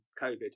COVID